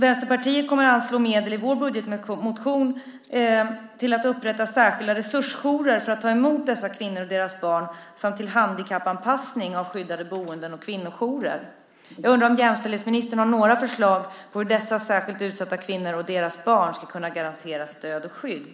Vänsterpartiet kommer i sin budgetmotion att anslå medel till att upprätta särskilda resursjourer för att ta emot dessa kvinnor och deras barn samt till handikappanpassning av skyddade boenden och kvinnojourer. Jag undrar om jämställdhetsministern har några förslag på hur dessa särskilt utsatta kvinnor och deras barn ska kunna garanteras stöd och skydd.